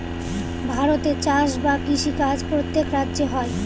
ভারতে চাষ বা কৃষি কাজ প্রত্যেক রাজ্যে হয়